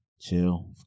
Chill